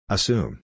Assume